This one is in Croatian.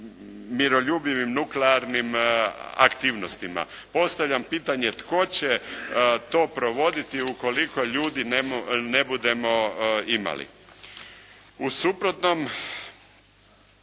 miroljubivim nuklearnim aktivnostima. Postavljam pitanje tko će to provoditi ukoliko ljudi ne budemo imali. U suprotnom,